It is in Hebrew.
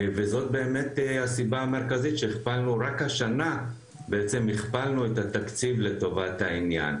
וזאת באמת הסיבה המרכזית שהכפלנו רק השנה את התקציב לטובת העניין.